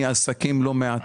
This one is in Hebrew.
לא מעט,